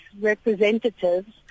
representatives